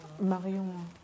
Marion